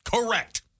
Correct